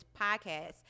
podcast